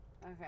Okay